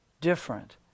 different